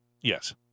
Yes